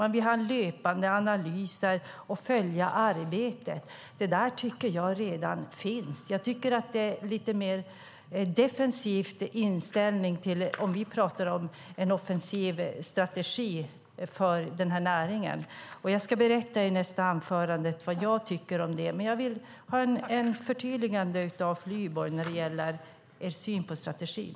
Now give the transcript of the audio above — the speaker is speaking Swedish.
Man vill ha löpande analyser och vill följa arbetet. Det där tycker jag redan finns. Jag tycker att det är en lite mer defensiv inställning, om vi pratar om en offensiv strategi för den här näringen. Jag ska i nästa anförande berätta vad jag tycker om det, men jag vill få ett förtydligande från Flyborg när det gäller er syn på strategin.